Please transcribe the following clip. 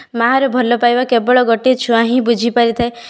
ମାଆର ଭଲ ପାଇବା କେବଳ ଗୋଟେ ଛୁଆ ହିଁ ବୁଝି ପାରିଥାଏ